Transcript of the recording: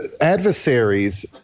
Adversaries